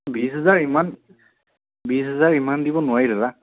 বিশ হাজাৰ ইমান বিশ হাজাৰ ইমান দিব নোৱাৰি দাদা